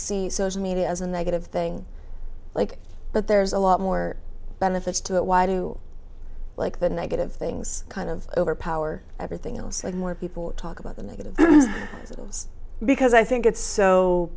media as a negative thing like that there's a lot more benefits to that why do like the negative things kind of overpower everything else and more people talk about the negative because i think it's so